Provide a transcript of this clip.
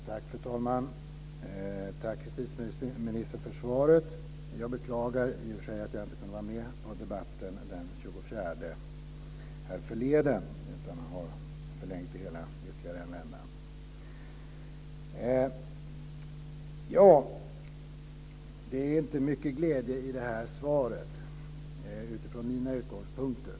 Fru talman! Tack för svaret, justitieministern. Jag beklagar att jag inte kunde vara med på debatten den 24 härförleden utan har förlängt det hela med ytterligare en vända. Det är inte mycket att glädjas åt i det här svaret utifrån mina utgångspunkter.